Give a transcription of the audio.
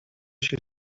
się